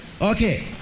Okay